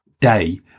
day